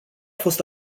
fost